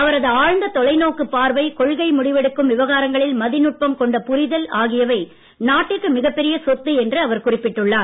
அவரது ஆழ்ந்த தொலைநோக்குப் பார்வை கொள்கை முடிவெடுக்கும் விவகாரங்களில் மதிநுட்பம் கொண்ட புரிதல் ஆகியவை நாட்டிற்கு மிகப் பெரிய சொத்து என்று குறிப்பிட்டுள்ளார்